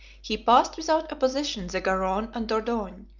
he passed without opposition the garonne and dordogne,